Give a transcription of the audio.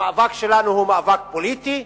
המאבק שלנו הוא מאבק פוליטי,